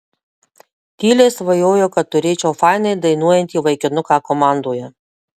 tyliai svajojau kad turėčiau fainai dainuojantį vaikinuką komandoje